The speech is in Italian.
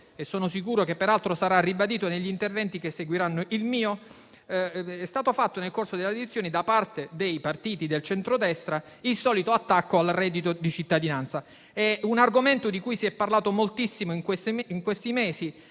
(e sono sicuro che sarà ribadito negli interventi che seguiranno il mio), è stato fatto, da parte dei partiti del centrodestra, il solito attacco al reddito di cittadinanza. È un argomento di cui si è parlato moltissimo in questi mesi.